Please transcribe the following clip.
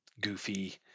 goofy